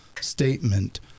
statement